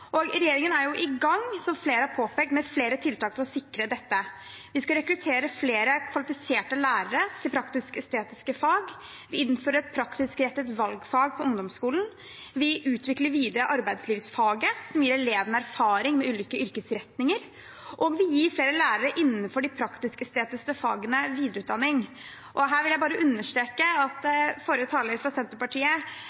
ferdigheter. Regjeringen er i gang, som flere har påpekt, med flere tiltak for å sikre dette. Vi skal rekruttere flere kvalifiserte lærere til praktisk-estetiske fag. Vi innfører et praktisk rettet valgfag på ungdomsskolen. Vi utvikler videre arbeidslivsfaget, som gir elevene erfaring med ulike yrkesretninger, og vi gir flere lærere innenfor de praktisk-estetiske fagene videreutdanning. Her vil jeg bare understreke overfor forrige taler, fra Senterpartiet, at